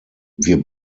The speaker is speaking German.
wir